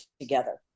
together